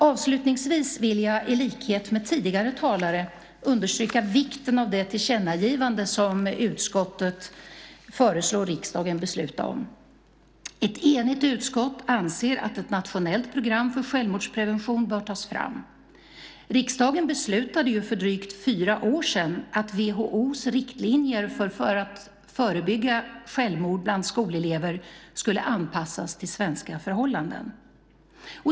Avslutningsvis vill jag i likhet med tidigare talare understryka vikten av det tillkännagivande som utskottet föreslår riksdagen att besluta om. Ett enigt utskott anser att ett nationellt program för självmordsprevention bör tas fram. Riksdagen beslutade ju för drygt fyra år sedan att WHO:s riktlinjer för att förebygga självmord bland skolelever skulle anpassas till svenska förhållanden.